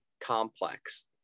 complex